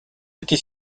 était